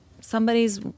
Somebody's